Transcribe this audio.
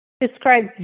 describe